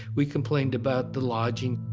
we complained about the lodging.